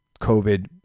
COVID